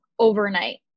overnight